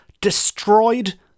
destroyed